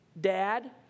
dad